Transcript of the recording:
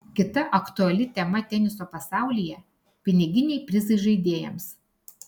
kita aktuali tema teniso pasaulyje piniginiai prizai žaidėjams